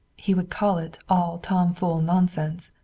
he would call it all tomfool nonsense.